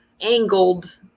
angled